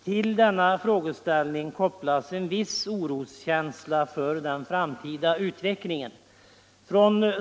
Till denna frågeställning kopplas en viss oroskänsla för den framtida utvecklingen.